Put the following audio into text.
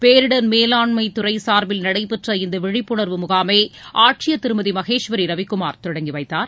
பேரிடர் மேலாண்மை துறை சார்பில் நடைபெற்ற இந்த விழிப்புணர்வு முகாமை ஆட்சியர் திருமதி மகேஸ்வரி ரவிகுமார் தொடங்கி வைத்தார்